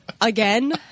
again